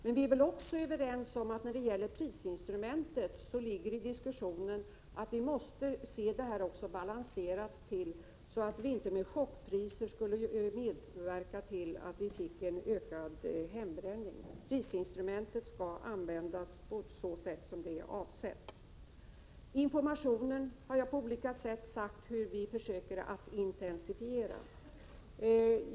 Men vi är också överens om att prisinstrumentet måste användas på ett sådant sätt att vi inte genom chockprishöjningar medverkar till att vi får en ökning av hembränningen. Prisinstrumentet skall användas på det sätt som det är avsett att användas. Jag har berättat hur vi på olika sätt försöker intensifiera informationen.